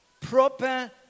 Proper